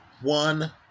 one